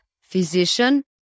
physician